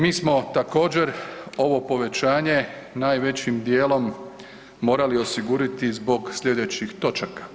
Mi smo također ovo povećanje najvećim dijelom morali osigurati zbog sljedećih točaka.